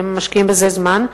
כי הם משקיעים בזה זמן,